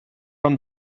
from